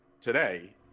today